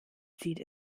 zieht